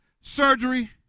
surgery